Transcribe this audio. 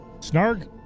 Snarg